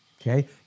Okay